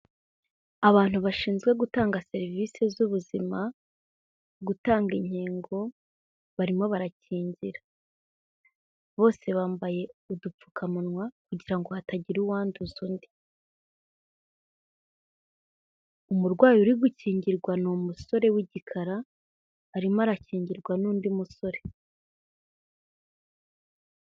Abantu bashinzwe gutanga serivisi z'ubuzima, gutanga inkingo barimo barakingira. Bose bambaye udupfukamunwa kugira ngo hatagira uwanduza undi. Umurwayi uri gukingirwa ni umusore w'igikara arimo arakingirwa n'undi musore.